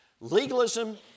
Legalism